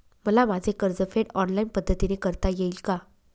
मला माझे कर्जफेड ऑनलाइन पद्धतीने करता येईल का?